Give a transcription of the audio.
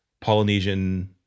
Polynesian